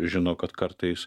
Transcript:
žino kad kartais